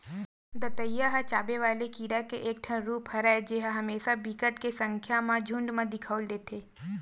दतइया ह चाबे वाले कीरा के एक ठन रुप हरय जेहा हमेसा बिकट के संख्या म झुंठ म दिखउल देथे